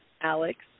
Alex